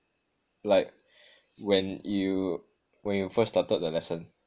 like when you when you first started the lesson